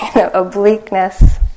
Obliqueness